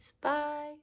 Bye